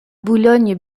boulogne